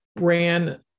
ran